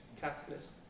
catalyst